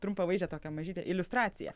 trumpą vaizdą tokia mažytė iliustracija